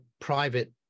private